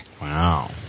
Wow